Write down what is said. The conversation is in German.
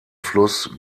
fluss